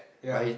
ya